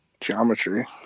Geometry